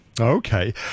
Okay